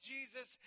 Jesus